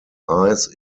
eyes